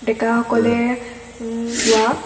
ডেকাসকলে গোৱা